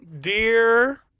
Dear